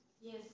Yes